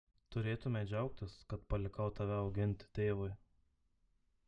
turėtumei džiaugtis kad palikau tave auginti tėvui